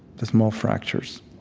the small fractures